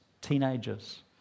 teenagers